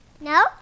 No